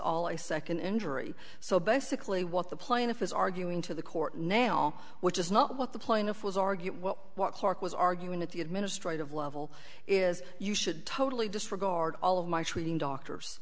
all a second injury so basically what the plaintiff is arguing to the court now which is not what the plaintiff was arguing what clark was arguing that the administrative level is you should totally disregard all of my treating doctors